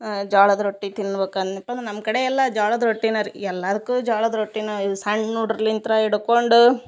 ಆ ಜ್ವಾಳದ ರೊಟ್ಟಿ ತಿನ್ಬೇಕನಿಪ್ಪನು ನಮ್ಕಡೆ ಎಲ್ಲ ಜ್ವಾಳದ ರೊಟ್ಟಿನರಿ ಎಲ್ಲದಕ್ಕು ಜ್ವಾಳದ ರೊಟ್ಟಿನ ಇವ ಸಣ್ಣ್ ಹುಡುಗ್ರಿಲಿಂತ ಹಿಡ್ಕೊಂಡು